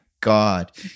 God